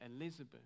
Elizabeth